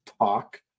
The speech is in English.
talk